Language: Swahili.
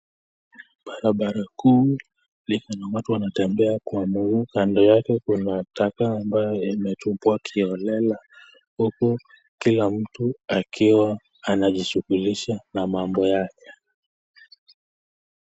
Barabara kuu lenye watu wanatembea kwa mguu, kando yake kuna taka ambayo imetupwa kiholela, huku kula mtu akiwa anajishughulisha na mambo yake.